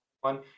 one